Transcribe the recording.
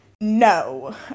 No